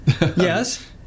Yes